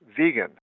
vegan